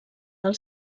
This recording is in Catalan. del